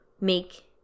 make